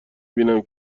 بینم